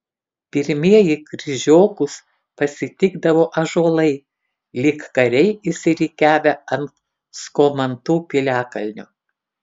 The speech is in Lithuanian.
pirmieji kryžiokus pasitikdavo ąžuolai lyg kariai išsirikiavę ant skomantų piliakalnio